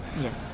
Yes